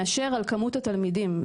מאשר על כמות התלמידים.